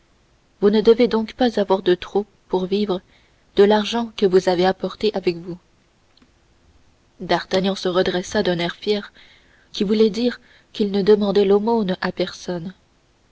vous ne devez donc pas avoir de trop pour vivre de l'argent que vous avez apporté avec vous d'artagnan se redressa d'un air fier qui voulait dire qu'il ne demandait l'aumône à personne